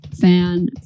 fan